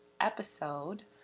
episode